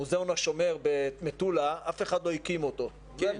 מוזיאון השומר במטולה, אף אחד לא הקים אותו.